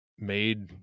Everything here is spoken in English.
made